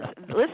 listen